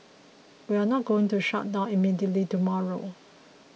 we are not going to shut down immediately tomorrow